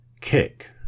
kick